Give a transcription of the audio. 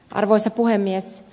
arvoisa puhemies